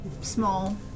small